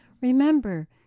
Remember